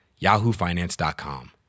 yahoofinance.com